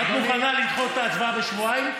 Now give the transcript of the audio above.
את מוכנה לדחות את ההצבעה בשבועיים?